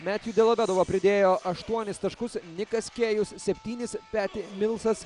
metju delovedova pridėjo aštuonis taškus nikas kėjus septynis peti milsas